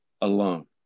alone